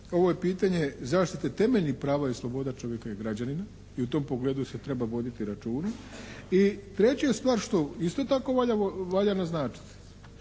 Ovo je pitanje zaštite temeljnih prava i sloboda čovjeka i građanina i u tom pogledu se treba voditi računa. I treća je stvar, što isto tako valja naznačiti,